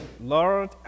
Lord